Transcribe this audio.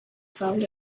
found